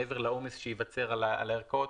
מעבר לעומס שייווצר על הערכאות,